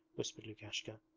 whispered lukashka.